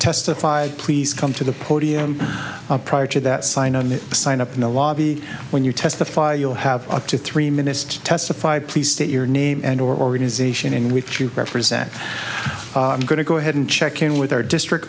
testify please come to the podium prior to that sign and sign up in the lobby when you testify you'll have up to three minutes to testify please state your name and organization in which you represent going to go ahead and check in with our district